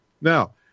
Now